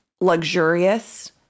luxurious